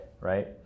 right